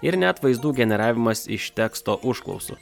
ir net vaizdų generavimas iš teksto užklausų